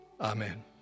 Amen